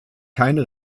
keine